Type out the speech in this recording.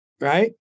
right